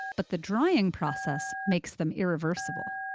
but the drying process makes them irreversible.